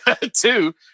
two